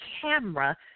camera